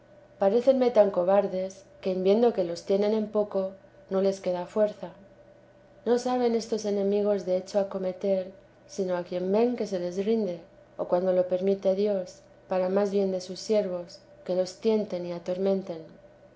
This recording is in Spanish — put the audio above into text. parécenme tan cobardes que en viendo que los tienen en poco no les queda fuerza no saben estos enemigos de hecho acometer sino a quien ven que se les rinde o cuando lo permite dios para más bien de sus siervos que los tienten y atormenten